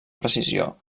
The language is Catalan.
precisió